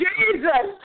Jesus